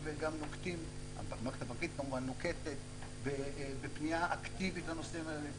המערכת הבנקאית נוקטת בפנייה אקטיבית לנושאים האלה,